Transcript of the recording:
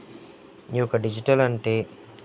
ఈ యొక్క డిజిటల్ అంటే